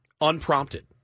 unprompted